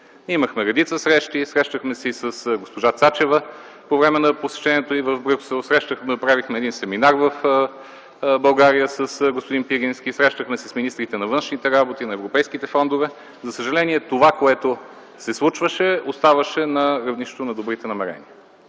Имахме редица срещи. Срещахме се и с госпожа Цачева по време на посещението й в Брюксел, направихме семинар в България с господин Пирински, срещахме се с министрите на външните работи, на европейските фондове. За съжаление това, което се случваше, оставаше на равнището на добрите намерения.